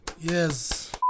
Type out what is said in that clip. Yes